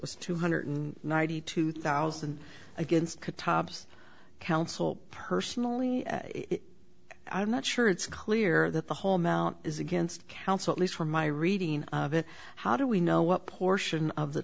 was two hundred ninety two thousand against the tops council personally i'm not sure it's clear that the whole amount is against counsel at least from my reading of it how do we know what portion of the